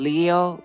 Leo